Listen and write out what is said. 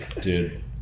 dude